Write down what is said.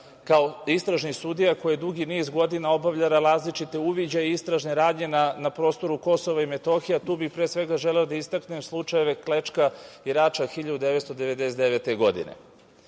kao istražni sudija koji je dugi niz godina obavljala različite uviđaje i istražne radnje na prostoru KiM, a tu bi pre svega želeo da istaknem slučajeve Klečka i Rača, 1999. godine. Želeo